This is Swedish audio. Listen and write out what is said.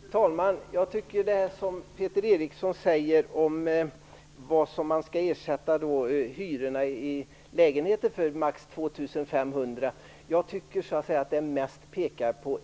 Fru talman! Jag tycker att det som Peter Eriksson säger om att man skall ersätta hyrorna för lägenheterna med maximalt 2 500 kr mest pekar på